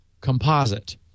composite